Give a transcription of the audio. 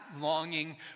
longing